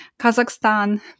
Kazakhstan